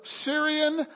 Syrian